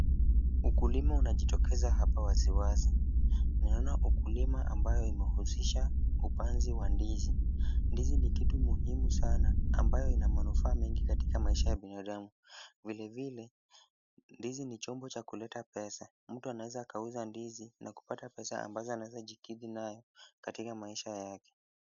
Ukulima unajitokeza hapa waziwazi. Naona ukulima ambayo imehusisha upanzi wa ndizi. Ndizi ni kitu muhimu sana ambayo ina manufaa mengi katika maisha ya binadamu. Vilevile, ndizi ni chombo cha kuleta pesa. Mtu anaweza akauza ndizi na kupata pesa ambazo anaweza jikidhi nayo katika maisha yake.